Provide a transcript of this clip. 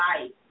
life